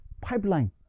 pipeline